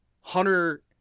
Hunter